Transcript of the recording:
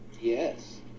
Yes